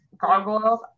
gargoyles